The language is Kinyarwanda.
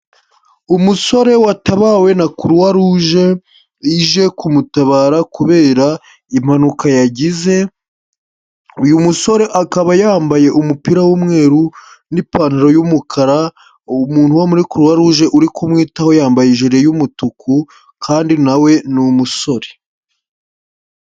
Umusore watabawe na kuruwaruje, ije kumutabara kubera impanuka yagize, uyu musore akaba yambaye umupira w'umweru n'ipantaro y'umukara, umuntu wo muri kuruwaruje uri kumwitaho yambaye ijire y'umutuku kandi na we ni umusore.